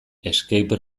escape